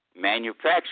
manufacturing